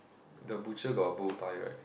the butcher got a bowtie right